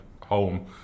home